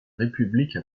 république